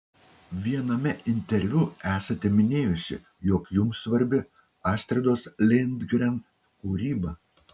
viename interviu esate minėjusi jog jums svarbi astridos lindgren kūryba